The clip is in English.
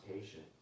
patient